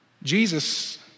Jesus